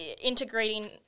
integrating